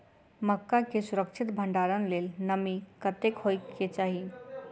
मक्का केँ सुरक्षित भण्डारण लेल नमी कतेक होइ कऽ चाहि?